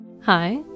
Hi